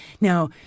Now